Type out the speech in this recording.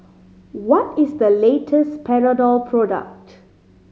what is the latest Panadol product